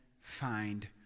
find